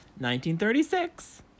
1936